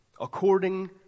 according